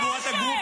למציאות.